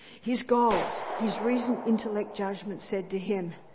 his goals, his reason intellect judgment said to him